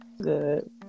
good